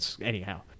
Anyhow